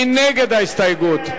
מי נגד ההסתייגות?